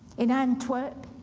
in antwerp,